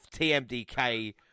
TMDK